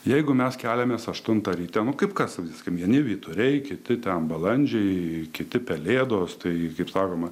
jeigu mes keliamės aštuntą ryte nu kaip kas sakykim vieni vyturiai kiti ten balandžiai kiti pelėdos tai kaip sakoma